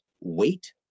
wait